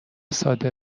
ساده